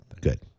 Good